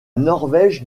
norvège